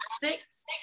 six